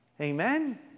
Amen